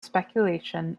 speculation